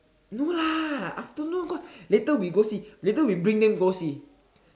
no lah afternoon got later we go see later we bring them go see